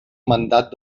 mandat